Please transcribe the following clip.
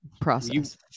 process